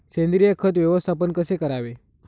सेंद्रिय खत व्यवस्थापन कसे करावे?